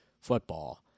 football